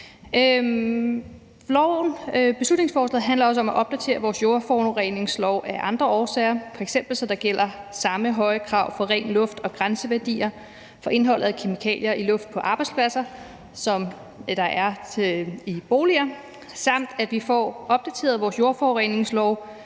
Beslutningsforslaget handler også om at opdatere vores jordforureningslov af andre årsager, f.eks. så der gælder samme høje krav til ren luft og grænseværdier for indholdet af kemikalier i luften på arbejdspladser, som der gør i forhold til boliger, samt at vi får opdateret vores jordforureningslov,